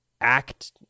act